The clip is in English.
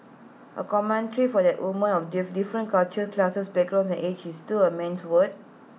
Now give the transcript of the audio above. A commentary for that women of different cultures classes backgrounds and age it's still A man's world